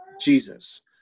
Jesus